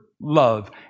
love